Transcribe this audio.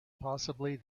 possibly